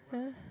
yeah